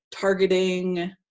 targeting